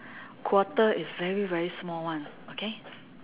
quarter is very very small [one] okay